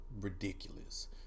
ridiculous